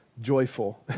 joyful